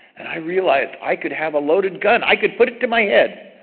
and i realized i could have a loaded gun, i could put it to my head,